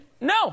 No